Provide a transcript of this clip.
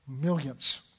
millions